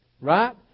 Right